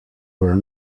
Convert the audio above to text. were